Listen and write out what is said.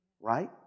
right